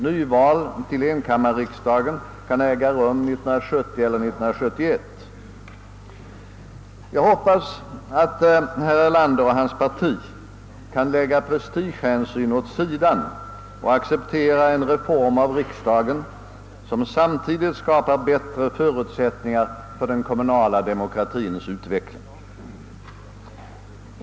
Nyval till enkammarriksdagen kan äga rum 1970 eller 1971. Jag hoppas att herr Erlander och hans parti kan lägga prestigehänsyn åt sidan och acceptera en reform av riksdagen som även skapar bättre förutsättningar för den kommunala demokratiens utveckling.